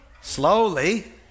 slowly